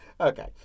Okay